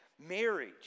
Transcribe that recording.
Marriage